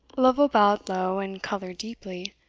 lovel bowed low and coloured deeply,